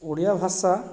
ଓଡ଼ିଆ ଭାଷା